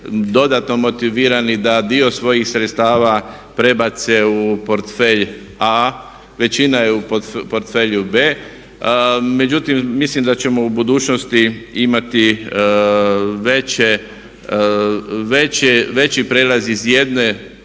dodatno motivirani da dio svojih sredstava prebace u portfelj A, većina je u portfelju B. Međutim, mislim da ćemo u budućnosti imati veći prijelaz iz jednog